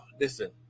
Listen